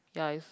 ya is